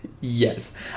yes